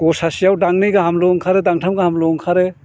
ग'सासेआव दांनै गाहामल' ओंखारो दांथाम गाहामल' ओंखारो